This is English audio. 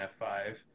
F5